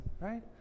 right